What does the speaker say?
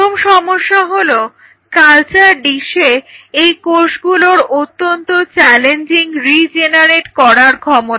প্রথম সমস্যা হলো কালচার ডিসে এই কোষগুলোর অত্যন্ত চ্যালেঞ্জিং রিজেনারেট করার ক্ষমতা